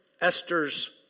Esther's